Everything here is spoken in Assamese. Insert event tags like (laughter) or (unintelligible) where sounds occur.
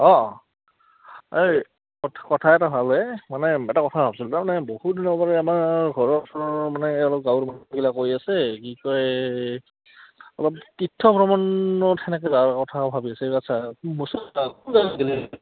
অঁ এই কথা এটা হ'ল এ মানে এটা কথা ভাবিছিলোঁ তাৰমানে বহু দিনৰ পৰা আমাৰ ঘৰৰ ওচৰৰ মানে অলপ গাঁৱৰ মানুহবিলাক কৈ আছে কি কয় অলপ তীৰ্থ ভ্ৰমণত তেনেকৈ যাৱাৰ কথা ভাবিছে (unintelligible)